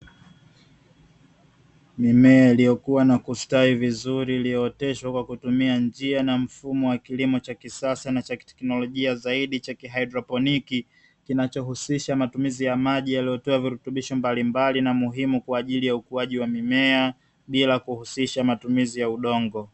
Mimea iliyokuwa na kustawi vizuri iliyooteshwa kwa kutumia njia na mfumo wa kilimo cha kisasa na cha kiteknolojia zaidi cha kihaidroponiki, kinachohusisha matumizi ya maji yaliyotiwa virutubisho mbalimbali na muhimu kwa ajili ya ukuaji wa mimea, bila kuhusisha matumizi ya udongo.